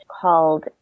called